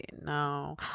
No